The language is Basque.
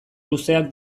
luzeak